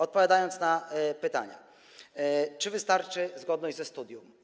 Odpowiadam na pytanie, czy wystarczy zgodność ze studium.